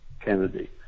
Kennedy